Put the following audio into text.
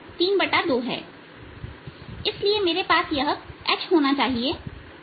इसलिए मेरे पास यह H होना चाहिए